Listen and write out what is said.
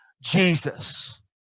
Jesus